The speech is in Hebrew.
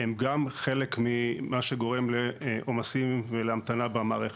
הם גם חלק ממה שגורם לעומסים ולהמתנה במערכת.